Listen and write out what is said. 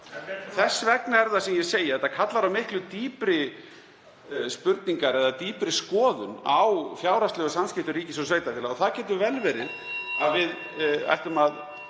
Þess vegna er það sem ég segi að þetta kallar á miklu dýpri spurningar eða dýpri skoðun á fjárhagslegum samskiptum ríkis og sveitarfélaga. Það getur vel verið (Forseti